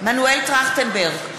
מנואל טרכטנברג,